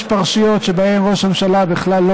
יש פרשיות שבהן ראש הממשלה בכלל לא